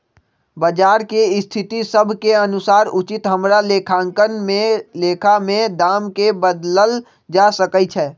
बजार के स्थिति सभ के अनुसार उचित हमरा लेखांकन में लेखा में दाम् के बदलल जा सकइ छै